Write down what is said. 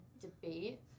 debate